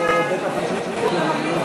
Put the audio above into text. ההסתייגות של חבר הכנסת אחמד טיבי לסעיף